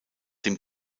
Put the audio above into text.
dem